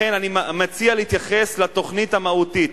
לכן אני מציע להתייחס לתוכנית המהותית,